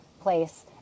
place